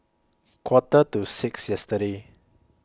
Quarter to six yesterday